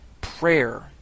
prayer